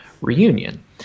reunion